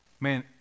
man